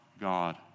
God